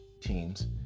teams